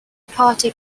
party